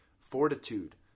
Fortitude